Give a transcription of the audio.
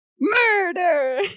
murder